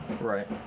Right